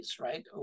right